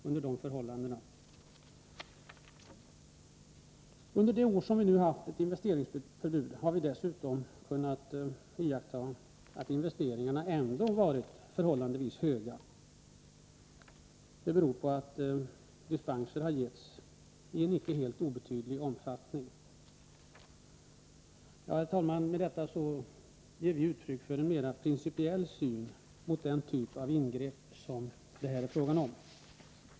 Under de år som vi nu haft investeringsförbud har vi dessutom kunnat iaktta att investeringarna varit förhållandevis höga. Det beror på att dispenser har givits i icke helt obetydlig omfattning. Herr talman! Med detta ger jag uttryck för vår principiella syn på den typ av ingrepp som det här är fråga om.